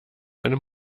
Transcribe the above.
einem